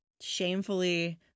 shamefully